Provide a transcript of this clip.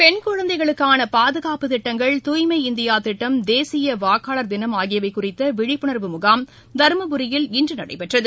பெண் குழந்தைகளுக்கான பாதுகாப்புத் திட்டங்கள் தூய்மை இந்தியா திட்டம் தேசிய வாக்காளர் தினம் ஆகியவை குறித்த விழிப்புணர்வு முகாம் தருமபுரியில் இன்று நடைபெற்றது